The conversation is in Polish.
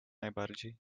najbardziej